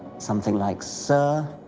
something like, sir,